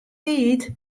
tiid